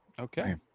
Okay